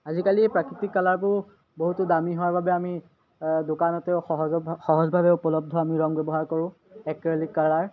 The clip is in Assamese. আজিকালি এই প্ৰাকৃতিক কালাৰবোৰ বহুতো দামী হোৱাৰ বাবে আমি দোকানতেও সহজ সহজভাৱে উপলব্ধ আমি ৰং ব্যৱহাৰ কৰোঁ এক্ৰেলিক কালাৰ